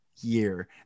year